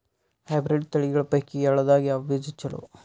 Hybrid ತಳಿಗಳ ಪೈಕಿ ಎಳ್ಳ ದಾಗ ಯಾವ ಬೀಜ ಚಲೋ?